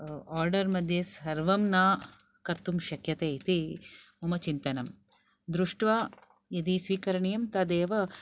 order मध्ये सर्वं न कर्तुं शक्यते इति मम चिन्तनम् दृष्ट्वा यदि स्वीकरणीयं तदेव